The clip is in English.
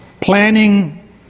planning